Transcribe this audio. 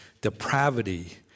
depravity